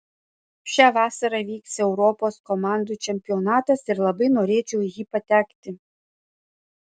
šią vasarą vyks europos komandų čempionatas ir labai norėčiau į jį patekti